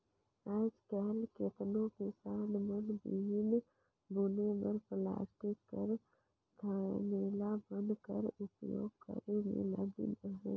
आएज काएल केतनो किसान मन बीहन बुने बर पलास्टिक कर धमेला मन कर उपियोग करे मे लगिन अहे